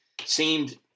seemed